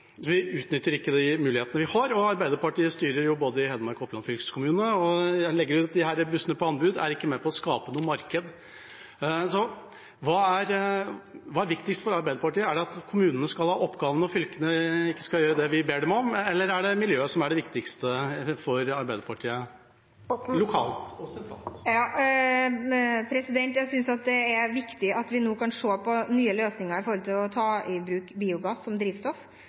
Vi utnytter ikke de mulighetene vi har. Arbeiderpartiet styrer jo både i Hedmark og Oppland fylkeskommuner. Å legge ut disse bussrutene på anbud er ikke med på å skape noe marked. Hva er viktigst for Arbeiderpartiet, er det at kommunene skal ha oppgavene og fylkene ikke skal gjøre det vi ber dem om, eller er det miljøet – lokalt og sentralt? Jeg synes det er viktig at vi nå kan se på nye løsninger når det gjelder å ta i bruk biogass som drivstoff.